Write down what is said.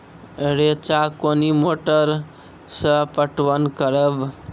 रेचा कोनी मोटर सऽ पटवन करव?